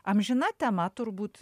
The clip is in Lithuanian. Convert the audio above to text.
amžina tema turbūt